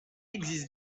existe